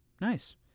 Nice